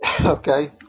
Okay